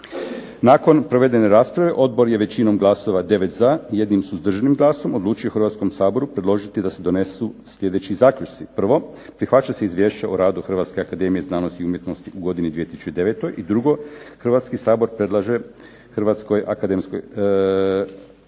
Nakon provedene rasprave odbor je većinom glasova 9 za i jednim suzdržanim glasom odlučio Hrvatskom saboru predložiti da se donesu sljedeći zaključci. Prvo prihvaća se izvješće o radu Hrvatske akademije znanosti i umjetnosti u godini 2009. I drugo, Hrvatski sabor predlaže Hrvatskoj akademiji